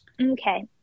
Okay